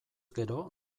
gero